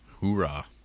Hoorah